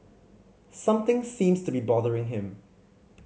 something seems to be bothering him